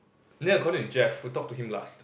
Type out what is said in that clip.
then according to Jeff who talked to him last